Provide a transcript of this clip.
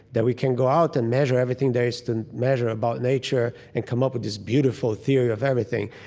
that we can go out and measure everything there is to measure about nature and come up with this beautiful theory of everything.